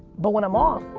but when i'm off,